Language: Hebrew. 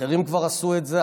אחרים כבר עשו את זה.